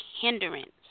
hindrance